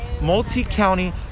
multi-county